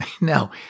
No